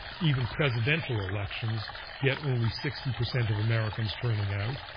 even presidential elections get only sixty percent of americans turning out.